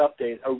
update